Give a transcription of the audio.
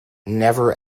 never